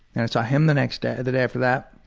and i saw him the next day the day after that,